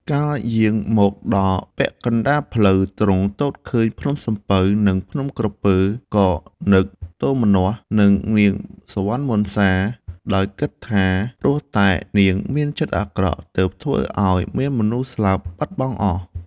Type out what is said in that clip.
កាលយាងមកដល់ពាក់កណ្ដាលផ្លូវ ទ្រង់ទតឃើញភ្នំសំពៅ និងភ្នំក្រពើ ក៏នឹកទោមនស្សនឹងនាងសុវណ្ណមសា ដោយគិតថា ព្រោះតែនាងមានចិត្តអាក្រក់ទើបធ្វើឲ្យមានមនុស្សស្លាប់បាត់បង់អស់។